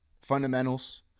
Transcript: Fundamentals